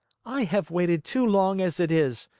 i have waited too long as it is.